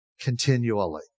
continually